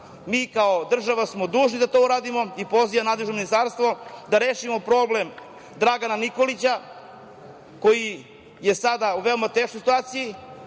kao država smo dužni da to uradimo i pozivam nadležno ministarstvo da rešimo problem Dragana Nikolića koji je sada u veoma teškoj situaciji,